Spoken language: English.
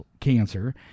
cancer